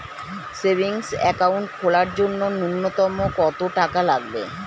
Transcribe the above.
Savings account খোলার জন্য নূন্যতম কত টাকা লাগবে?